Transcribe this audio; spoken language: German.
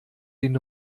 den